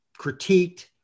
critiqued